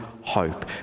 hope